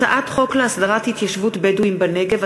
הצעת חוק להסדרת התיישבות בדואים בנגב,